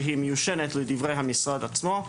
שהיא מיושנת לדברי המשרד עצמו,